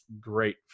great